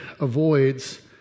avoids